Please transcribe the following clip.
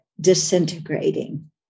disintegrating